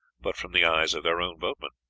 but from the eyes of their own boatmen.